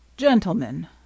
Gentlemen